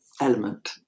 element